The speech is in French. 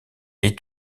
est